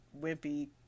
wimpy